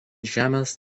žemės